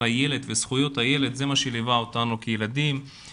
הילד וזכויות הילד זה מה שליווה אותנו כילדים,